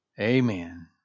Amen